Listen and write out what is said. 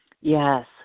Yes